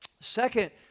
Second